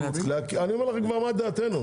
אני כבר אומר לך מה דעתנו.